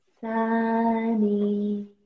sunny